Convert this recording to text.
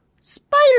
Spider